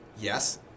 Yes